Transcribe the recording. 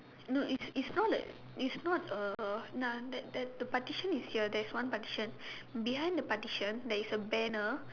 no it's it's not a it's not a nah that that the partition is here there is one partition behind the partition there is a banner